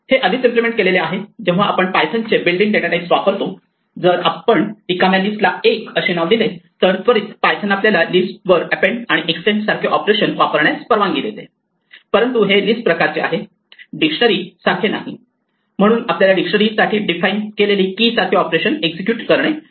हे आधीच इम्प्लिमेंट केलेले आहे जेव्हा आपण पायथन चे बिल्ट इन डेटा टाईप्स वापरतो जर आपण रिकाम्या लिस्टला 1 असे नाव दिले तर त्वरित पायथन आपल्याला लिस्ट वर एपेंड आणि एक्सटेंड सारखे ऑपरेशन वापरण्यास परवानगी देईल परंतु हे लिस्ट प्रकारचे आहे डिक्शनरी सारखे नाही म्हणून आपल्याला डिक्शनरी साठी डिफाइन केलेले की सारखे ऑपरेशन एक्झिक्युट करणे शक्य नाही